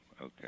Okay